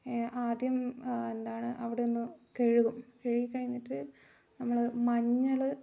ആദ്യം എന്താണ് അവടെയൊന്ന് കഴുകും കഴുകിക്കഴിഞ്ഞിട്ട് നമ്മൾ മഞ്ഞൾ